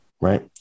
right